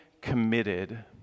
committed